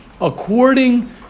According